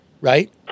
right